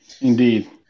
Indeed